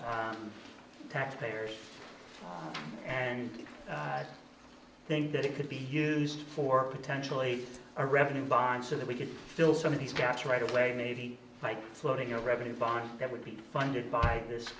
tax payers and i think that it could be used for potentially a revenue bond so that we could fill some of these gaps right away maybe by floating a revenue fund that would be funded by this